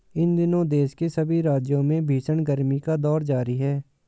इन दिनों देश के सभी राज्यों में भीषण गर्मी का दौर जारी है